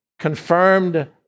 Confirmed